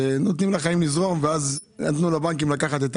שנותנים לחיים לזרום ואז נתנו לבנקים לקחת את